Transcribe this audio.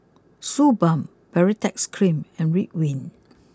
Suu Balm Baritex cream and Ridwind